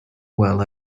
well